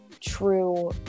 true